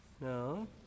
No